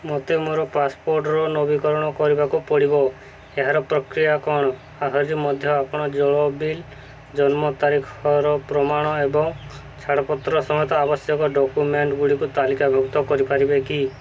ମୋତେ ମୋର ପାସପୋର୍ଟର ନବୀକରଣ କରିବାକୁ ପଡ଼ିବ ଏହାର ପ୍ରକ୍ରିୟା କ'ଣ ଆହୁରି ମଧ୍ୟ ଆପଣ ଜଳ ବିଲ୍ ଜନ୍ମ ତାରିଖର ପ୍ରମାଣ ଏବଂ ଛାଡ଼ପତ୍ର ସମେତ ଆବଶ୍ୟକ ଡକ୍ୟୁମେଣ୍ଟ୍ଗୁଡ଼ିକୁ ତାଲିକାଭୁକ୍ତ କରିପାରିବେ କି